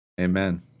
Amen